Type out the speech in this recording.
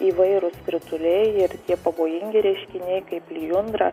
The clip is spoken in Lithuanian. įvairūs krituliai ir tie pavojingi reiškiniai kaip lijundra